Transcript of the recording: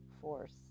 force